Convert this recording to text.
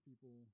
people